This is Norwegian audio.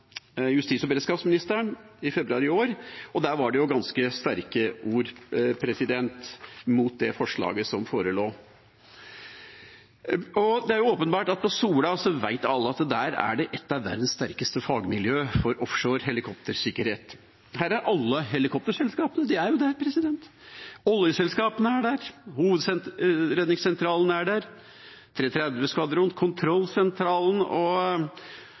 justis- og beredskapsministeren i februar i år, og der var det ganske sterke ord mot det forslaget som forelå. Det er åpenbart – alle vet det – at på Sola er et av verdens sterkeste fagmiljø for offshore helikoptersikkerhet. Her er alle helikopterselskapene – de er jo der. Oljeselskapene er der. Hovedredningssentralen er der – og 330-skvadronen, kontrollsentralen og